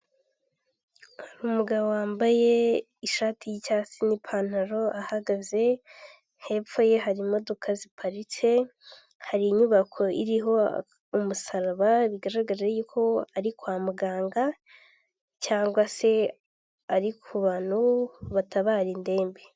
Hari umugabo wambaye ishati y'icyatsi n'ipantaro ahagaze, hepfo ye hari imodoka ziparitse, hari inyubako iriho umusaraba, bigaraga y'uko ari kwa muganga cyangwa se ari ku bantu batabara indembe.